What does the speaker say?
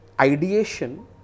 Ideation